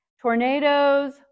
Tornadoes